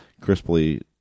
crisply –